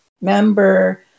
member